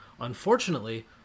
Unfortunately